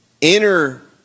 inner